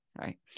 Sorry